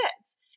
kids